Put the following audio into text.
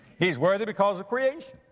he's worthy because of creation.